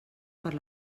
per